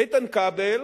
איתן כבל